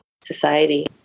society